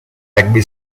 rugby